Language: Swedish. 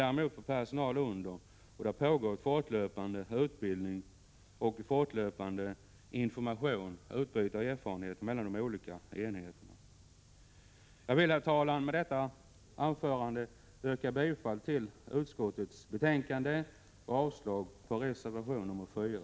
Däremot behövs fortlöpande utbildning av underställd personal, och sådan pågår. Det ges information och det utbyts erfarenheter mellan de olika enheterna. Herr talman! Med detta vill jag yrka bifall till utskottets hemställan och avslag på reservation 4.